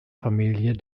familie